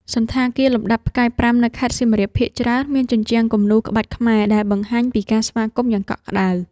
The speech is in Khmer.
សណ្ឋាគារលំដាប់ផ្កាយប្រាំនៅខេត្តសៀមរាប ភាគច្រើនមានជញ្ជាំងគំនូរក្បាច់ខ្មែរដែលបង្ហាញពីការស្វាគមន៍យ៉ាងកក់ក្ដៅ។